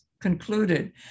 concluded